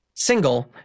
single